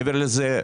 מעבר לזה,